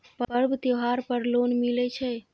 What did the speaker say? पर्व त्योहार पर लोन मिले छै?